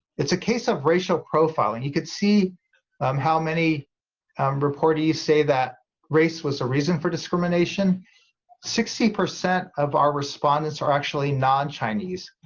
it's a case of racial profiling could see um how many um reportees say that race was a reason for discrimination sixty percent of our respondents are actually non chinese